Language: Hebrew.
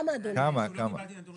לא קיבלתי נתון רשמי.